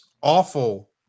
awful